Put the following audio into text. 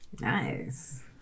Nice